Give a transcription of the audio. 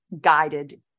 guided